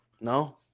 No